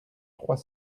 trois